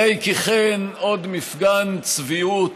הרי כי כן, עוד מפגן צביעות